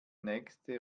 nächste